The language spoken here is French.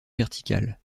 verticale